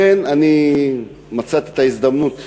לכן מצאתי את ההזדמנות